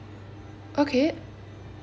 okay